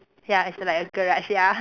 ya it's like a garage ya